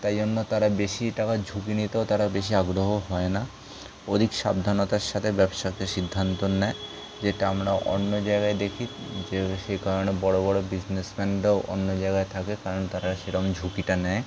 তাই জন্য তারা বেশি টাকার ঝুঁকি নিতেও তারা বেশি আগ্রহ হয় না অধিক সাবধানতার সাথে ব্যবসাতে সিদ্ধান্ত নেয় যেটা আমরা অন্য জায়গায় দেখি যে সে কারণে বড় বড় বিজনেসম্যানরাও অন্য জায়গায় থাকে কারণ তারা সেরকম ঝুঁকিটা নেয়